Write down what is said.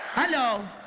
hello!